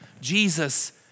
Jesus